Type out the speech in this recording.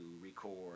record